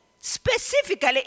specifically